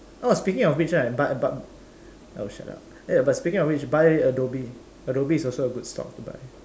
oh speaking of which right but but oh shut up oh speaking of which buy Adobe Adobe is also a good stock to buy